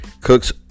Cooks